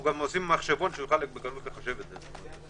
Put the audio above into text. גם עושים מחשבון, שיוכל בקלות לחשב את זה.